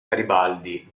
garibaldi